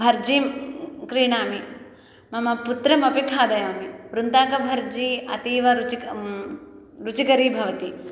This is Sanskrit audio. भर्जीं क्रीणामि मम पुत्रमपि खादयामि वृन्ताकभर्जी अतीव रुचिका रुचिकरी भवति